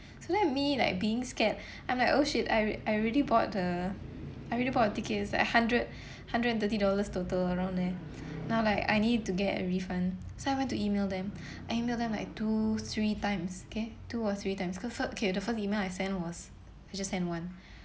so then me like being scared I'm like oh shit I I already bought the I already bought tickets it's like hundred hundred and thirty dollars total around there now like I need to get a refund so I went to email them I emailed them like two three times okay two or three times because fir~ okay the first email I sent was I'll just send one